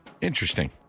Interesting